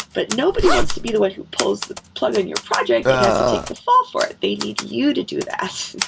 but nobody wants to be the one who pulls the plug on your project. it has to take the fall for it. they need you to do that.